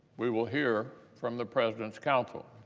we will hear from the president's counsel.